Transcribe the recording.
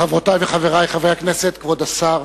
חברותי וחברי חברי הכנסת, כבוד השר,